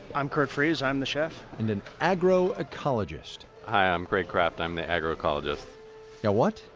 i'm kurt friese. i'm the chef. and an agroecologist hi, i'm kraig kraft. i'm the agroecologist a what?